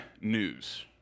news